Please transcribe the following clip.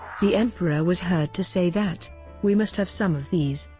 the emperor was heard to say that we must have some of these.